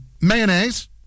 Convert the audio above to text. mayonnaise